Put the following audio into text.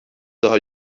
daha